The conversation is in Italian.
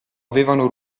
avevano